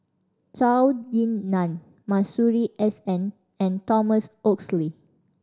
Zhou Ying Nan Masuri S N and Thomas Oxley